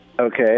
Okay